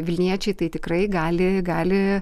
vilniečiai tai tikrai gali gali